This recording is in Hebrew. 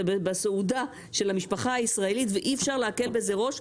בסעודה של המשפחה הישראלית ואי אפשר להקל בזה ראש,